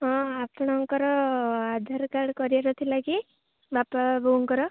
ହଁ ଆପଣଙ୍କର ଆଧାରକାର୍ଡ଼ କରିବାର ଥିଲା କି ବାପା ବୋଉଙ୍କର